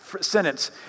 sentence